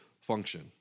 function